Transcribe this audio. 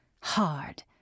hard